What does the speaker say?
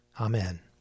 Amen